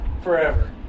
forever